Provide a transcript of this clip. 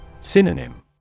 Synonym